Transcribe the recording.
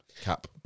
Cap